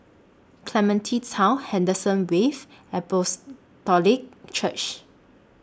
Clementi Town Henderson Wave Apostolic Church